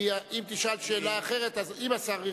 כי אם תשאל שאלה אחרת, אז אם השר ירצה,